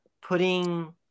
putting